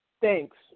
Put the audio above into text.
Thanks